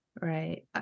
right